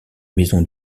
maison